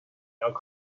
elk